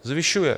Zvyšuje.